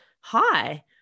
hi